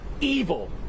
evil